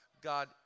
God